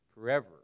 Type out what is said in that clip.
forever